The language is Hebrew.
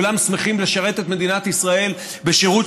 כולם שמחים לשרת את מדינת ישראל בשירות